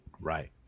Right